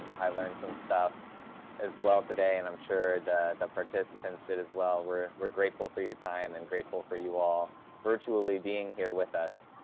i learned some stuff as well today and i'm sure the the participants did as well. we're we're grateful for your time and grateful for you all virtually being here with us.